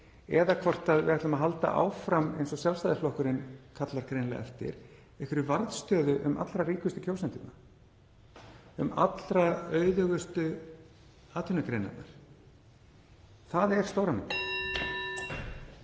eða hvort við ætlum að halda áfram, eins og Sjálfstæðisflokkurinn kallar greinilega eftir, einhverri varðstöðu um allra ríkustu kjósendurna, um allra auðugustu atvinnugreinarnar. Það er stóra